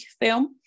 film